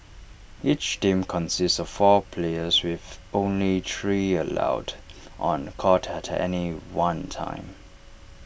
each team consists of four players with only three allowed on court at any one time